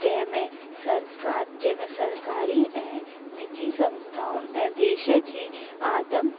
जंहिंमें सरकार जंहिंमें सरकारी ऐं निजी संस्थाउनि ऐं देश जी आदम